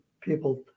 people